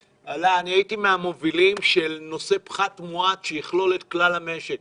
אני הייתי מהמובילים של נושא פחת מואץ שיכלול את כלל המשק.